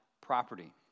property